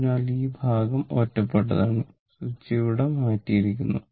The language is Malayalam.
അതിനാൽ ഈ ഭാഗം ഒറ്റപ്പെട്ടതാണ് സ്വിച്ച് ഇവിടെ മാറ്റിയിരിക്കുന്നു